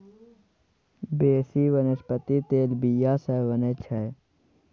बेसी बनस्पति तेल बीया सँ बनै छै